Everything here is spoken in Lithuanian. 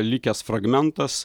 likęs fragmentas